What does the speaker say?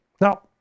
now